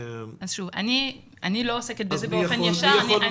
אני לא עוסקת בזה באופן ישיר.